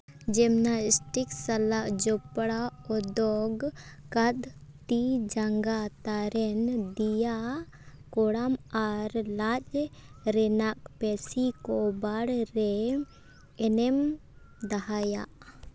gymnastic ᱥᱟᱞᱟᱜ ᱡᱚᱯᱲᱟᱣ ᱠᱚᱫᱳ ᱟᱠᱟᱫ ᱛᱤ ᱡᱟᱸᱜᱟ ᱛᱟᱨᱮᱱ ᱫᱮᱭᱟ ᱠᱚᱲᱟᱢ ᱟᱨ ᱞᱟᱡ ᱨᱮᱱᱟᱜ ᱯᱮᱥᱤ ᱠᱚ ᱵᱟᱲ ᱨᱮ ᱮᱱᱮᱢ ᱫᱚᱦᱚᱭᱟ